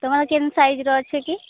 ତମର କିନ୍ ସାଇଜ୍ର ଅଛି କି